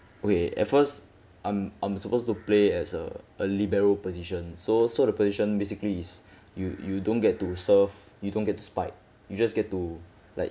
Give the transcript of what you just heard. okay at first I'm I'm supposed to play as a a libero position so sort of position basically is you you don't get to serve you don't get to spike you just get to like